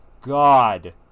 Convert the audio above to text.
God